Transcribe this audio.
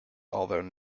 although